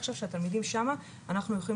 עכשיו כשהתלמידים שם אנחנו הולכים